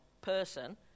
person